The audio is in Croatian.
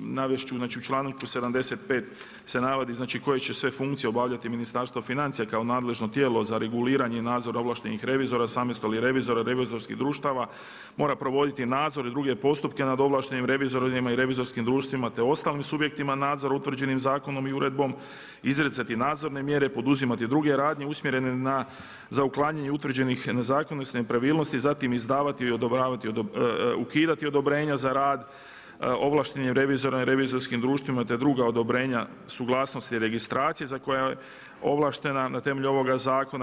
navest ću znači u članku 75. se navodi koje će sve funkcije obavljati Ministarstvo financija kao nadležno tijelo za reguliranje i nadzor ovlaštenih revizora, samostalnih revizora, revizorskih društava mora provoditi nadzor i druge postupke nad ovlaštenim revizorima i revizorskim društvima te ostalim subjektima nadzora utvrđenim zakonom i uredbom, izricati nadzorne mjere, poduzimati druge radnje usmjerene za uklanjanje utvrđenih nezakonitosti, nepravilnosti, zatim izdavati i ukidati odobrenja za rad, ovlaštenim revizorima i revizorskim društvima te druga odobrenja suglasnost registracije za koju je ovlaštena na temelju ovoga zakona.